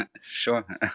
Sure